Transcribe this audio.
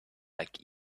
like